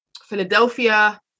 Philadelphia